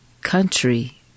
country